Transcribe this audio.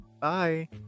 Bye